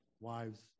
wives